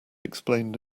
explained